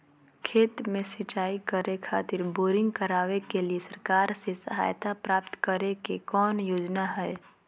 खेत में सिंचाई करे खातिर बोरिंग करावे के लिए सरकार से सहायता प्राप्त करें के कौन योजना हय?